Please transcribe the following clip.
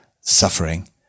suffering